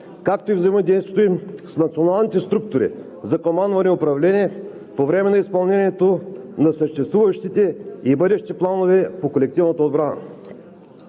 както и взаимодействието им с националните структури за командване и управление по време на изпълнението на съществуващите и бъдещи планове по колективната отбрана.